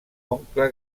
oncle